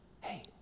hey